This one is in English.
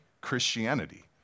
Christianity